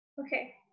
okay